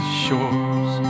shores